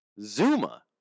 zuma